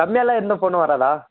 கம்மியாகலாம் எந்த ஃபோனும் வராதா